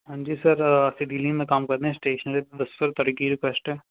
ਹਾਂਜੀ ਸਰ ਅਸੀਂ ਡੀਲਿੰਗ ਦਾ ਕੰਮ ਕਰਦੇ ਹਾਂ ਸਟੇਸ਼ਨਰੀ ਦੱਸੋ ਤੁਹਾਡੀ ਕੀ ਰਿਕੁਐਸਟ ਹੈ